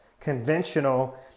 Conventional